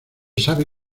sabe